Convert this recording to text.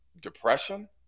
depression